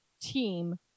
team